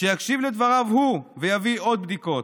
שיקשיב לדבריו הוא ויביא עוד בדיקות.